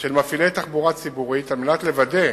של מפעילי תחבורה ציבורית על מנת לוודא